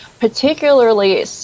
particularly